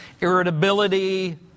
irritability